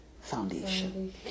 Foundation